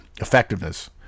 effectiveness